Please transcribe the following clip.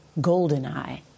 Goldeneye